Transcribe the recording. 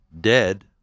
dead